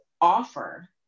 offer